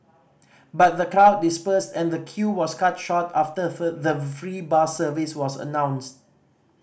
but the crowd dispersed and the queue was cut short after for the free bus service was announced